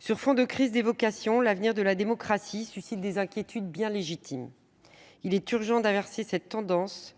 Sur fond de crise des vocations, l’avenir de la démocratie suscite des inquiétudes bien légitimes. Il est urgent d’inverser cette tendance